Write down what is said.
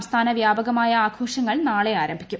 സംസ്ഥാന വ്യാപകമായ ആഘോഷങ്ങൾ നാളെ ആരംഭിക്കും